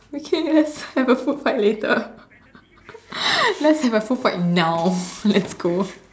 okay let's have a food fight later let's have a food fight now let's go